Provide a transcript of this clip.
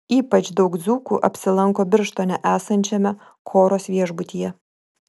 ypač daug dzūkų apsilanko birštone esančiame koros viešbutyje